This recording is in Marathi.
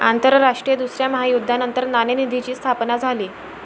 आंतरराष्ट्रीय दुसऱ्या महायुद्धानंतर नाणेनिधीची स्थापना झाली